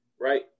right